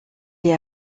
est